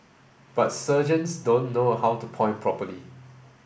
but sergeants don't know how to point properly